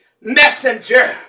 Messenger